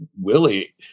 willie